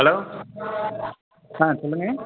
hello சொல்லுங்கள்